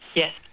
yes.